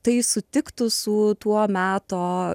tai sutiktų su tuo meto